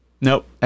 nope